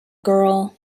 girl